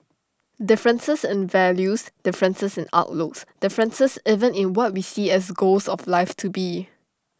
differences in values differences in outlooks differences even in what we see as goals of life to be